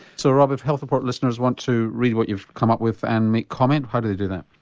so rob if health report listeners want to read what you've come up with and make comment, how do they do that?